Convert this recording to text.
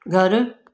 घरु